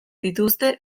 dituzte